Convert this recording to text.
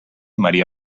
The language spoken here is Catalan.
maria